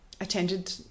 attended